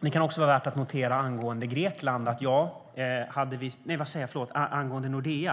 Det kan också vara värt att notera angående Nordea